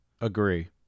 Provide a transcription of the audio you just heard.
Agree